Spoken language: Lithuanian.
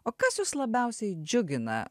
o kas jus labiausiai džiugina